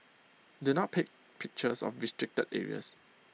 do not take pictures of restricted areas